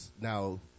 now